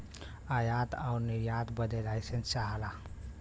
आयात आउर निर्यात बदे लाइसेंस चाहला